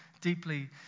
deeply